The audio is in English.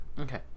Okay